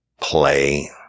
play